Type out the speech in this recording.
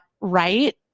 right